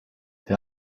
they